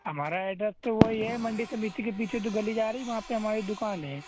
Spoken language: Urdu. ہمار ایڈریس تو وہی ہے منڈی سمیتی کے پیچھے جو گلی جا رہی ہے وہاں پہ ہماری دُکان ہے